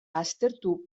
aztertu